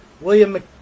William